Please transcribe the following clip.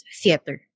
theater